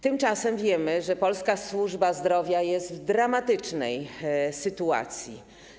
Tymczasem wiemy, że polska służby zdrowia jest w dramatycznej sytuacji.